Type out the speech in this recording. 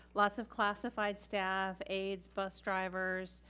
lots of classified staff, aides, bus drivers,